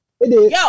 Yo